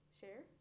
share